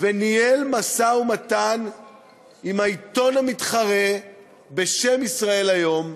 וניהל משא-ומתן עם העיתון המתחרה בשם "ישראל היום".